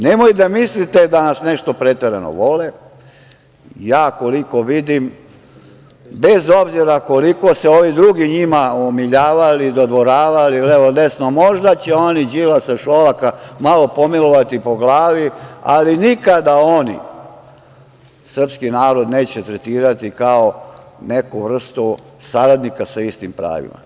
Nemoj da mislite da nas nešto preterano vole, ja koliko vidim, bez obzira koliko se ovi drugi umiljavali, dodvoravali, levo, desno, možda će oni Đilasa, Šolaka, malo pomilovati po glavi, ali nikada oni srpski narod neće tretirati kao neku vrstu saradnika sa istim pravima.